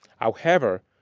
however,